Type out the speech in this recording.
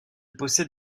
possède